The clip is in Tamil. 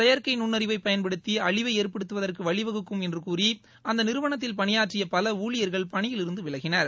செயற்கை நுண்ணறிவை பயன்படுத்தி அழிவை ஏற்படுத்துவதற்கு வழிவகுக்கும் என்று கூறி அந்த நிறுவனத்தில் பணியாற்றிய பல ஊழியர்கள் பணியிலிருந்து விலகினர்